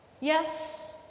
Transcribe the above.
yes